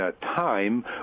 time